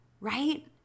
Right